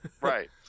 Right